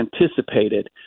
anticipated